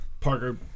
Parker